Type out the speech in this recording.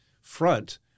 front